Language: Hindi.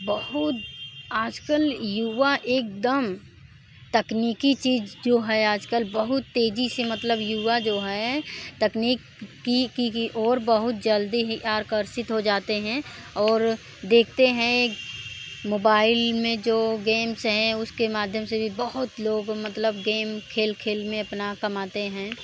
बहुत आज कल युवा एक दम तकनीकी चीज़ जो है आज कल बहुत तेज़ी से मतलब युवा जो हैं तकनीकी की और बहुत जल्दी ही आर्कर्षित हो जाते हैं और देखते हैं मोबाइल में जो गेम्स हैं उसके माध्यम से बहुत लोग मतलब गेम खेल खेल में अपना कमाते हैं